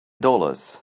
dollars